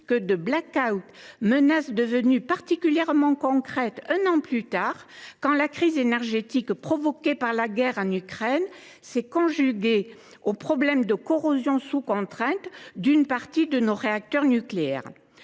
risque de black out, menace devenue particulièrement concrète un an plus tard, quand la crise énergétique provoquée par la guerre en Ukraine s’est ajoutée aux problèmes de corrosion sous contrainte d’une partie de nos réacteurs nucléaires.